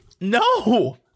No